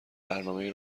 برنامهای